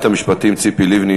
שרת המשפטים ציפי לבני